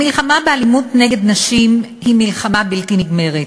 המלחמה באלימות נגד נשים היא מלחמה בלתי נגמרת.